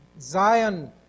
Zion